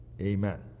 Amen